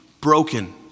broken